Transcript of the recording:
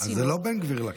זה לא בן גביר לקח,